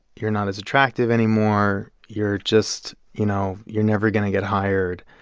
you're not as attractive anymore. you're just you know, you're never going to get hired.